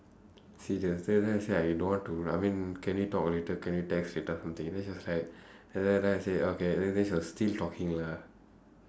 she just say then I say I don't want to I mean can we talk later can we text later or something then she was like then then then I say okay then she was still talking lah